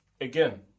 again